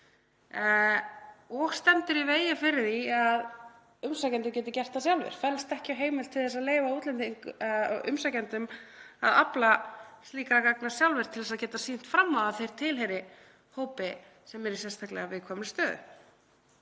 og stendur í vegi fyrir því að umsækjendur geti gert það sjálfir, fellst ekki á heimild til þess að leyfa umsækjendum að afla slíkra gagna sjálfir til að geta sýnt fram á að þeir tilheyri hópi sem er í sérstaklega viðkvæmri stöðu.